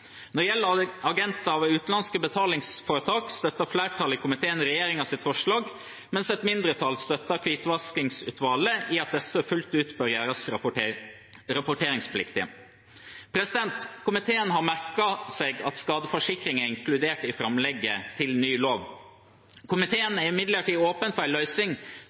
Når det gjelder agenter for utenlandske betalingsforetak, støtter flertallet i komiteen regjeringens forslag, mens et mindretall støtter Hvitvaskingslovutvalget i at disse fullt ut bør gjøres rapporteringspliktige. Komiteen har merket seg at skadeforsikring er inkludert i framlegget til ny lov. Komiteen er imidlertid åpen for